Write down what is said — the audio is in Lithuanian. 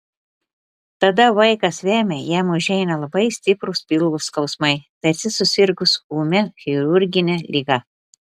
tada vaikas vemia jam užeina labai stiprūs pilvo skausmai tarsi susirgus ūmia chirurgine liga